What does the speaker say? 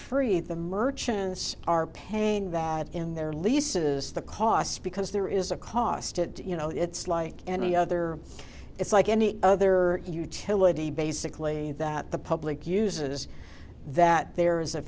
free the merchants are paying that in their leases the cost because there is a cost it you know it's like any other it's like any other utility basically that the public uses that there is a